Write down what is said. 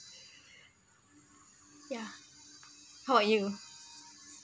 ya how about you